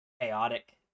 chaotic